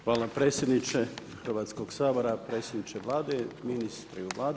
Hvala predsjedniče Hrvatskog sabora, predsjedniče Vlade, ministri Vlade.